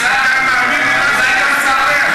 ניסן, אתה מאמין למה שאתה מספר?